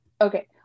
Okay